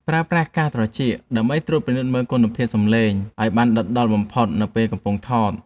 ប្រើប្រាស់កាសត្រចៀកដើម្បីត្រួតពិនិត្យគុណភាពសំឡេងឱ្យបានដិតដល់បំផុតនៅពេលកំពុងថត។